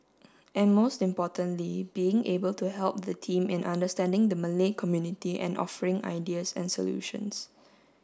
and most importantly being able to help the team in understanding the Malay community and offering ideas and solutions